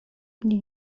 mnie